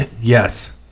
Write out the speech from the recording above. Yes